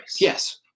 Yes